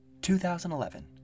2011